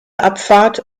abfahrt